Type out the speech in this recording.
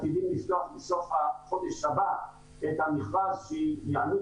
שאנחנו עתידים לפתוח בסוף החודש הבא את המכרז שיעמיד